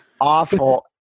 awful